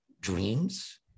dreams